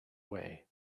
way